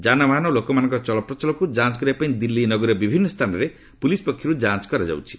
ଯାନବାହନ ଓ ଲୋକମାନଙ୍କର ଚଳପ୍ରଚଳକୁ ଯାଞ୍ଚ କରିବା ପାଇଁ ଦିଲ୍ଲୀ ନଗରୀର ବିଭିନ୍ନ ସ୍ଥାନରେ ପୁଲିସ ପକ୍ଷରୁ ଯାଞ୍ଚ କରାଯାଉଛି